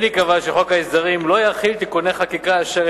כן ייקבע שחוק ההסדרים לא יכיל תיקוני חקיקה אשר